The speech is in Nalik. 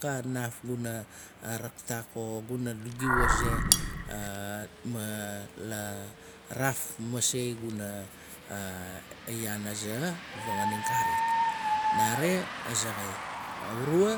Ka nat guna raktak o guna gigiu aze ma la raf masei guna yaan aza fanganing karik. Nare. azaxai. urua,